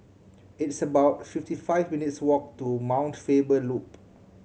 it's about fifty five minutes' walk to Mount Faber Loop